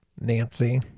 Nancy